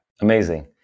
Amazing